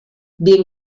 bien